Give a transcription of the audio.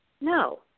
No